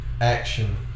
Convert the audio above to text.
action